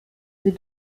sie